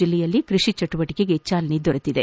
ಜಿಲ್ಲೆಯಲ್ಲಿ ಕೃಷಿ ಜೆಟುವಟಿಕೆಗೆ ಚಾಲನೆ ದೊರೆತಿದೆ